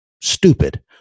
stupid